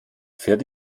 fährt